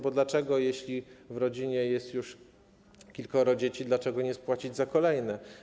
Bo dlaczego jeśli w rodzinie jest już kilkoro dzieci, nie spłacać za kolejne?